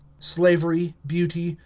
slavery, beauty,